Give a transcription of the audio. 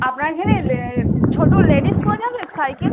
আপনার এখানে লে ছোটো লেডিস পাওয়া যাবে সাইকেল